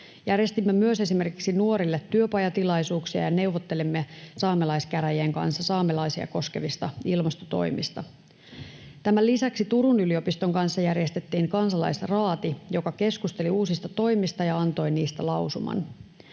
Järjestimme myös esimerkiksi nuorille työpajatilaisuuksia ja neuvottelimme saamelaiskäräjien kanssa saamelaisia koskevista ilmastotoimista. Tämän lisäksi Turun yliopiston kanssa järjestettiin kansalaisraati, joka keskusteli uusista toimista ja antoi niistä lausuman.